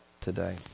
today